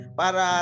para